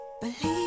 believe